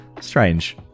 strange